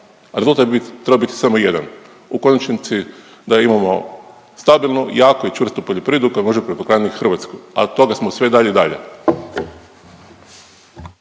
rezultat bi trebao biti samo jedan u konačnici da imamo stabilnu, jaku i čvrstu poljoprivredu koja može prehranih Hrvatsku, a od toga smo sve dalje i dalje.